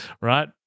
right